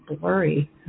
blurry